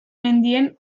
mendien